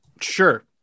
Sure